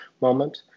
moment